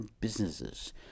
businesses